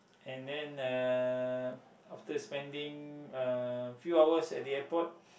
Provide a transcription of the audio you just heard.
and then uh after spending a few hours at the airport